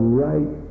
right